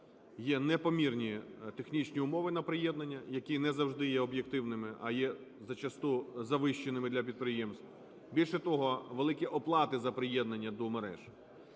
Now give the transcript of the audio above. є непомірні технічні умови на приєднання, які не завжди є об'єктивними, а є зачасту завищеними для підприємств. Більше того, великі оплати за приєднання до мереж.